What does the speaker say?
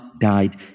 died